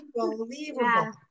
Unbelievable